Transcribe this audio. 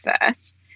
first